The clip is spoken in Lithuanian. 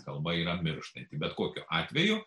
kalba yra mirštanti bet kokiu atveju